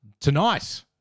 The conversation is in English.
tonight